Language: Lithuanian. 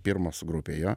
pirmas grupėj jo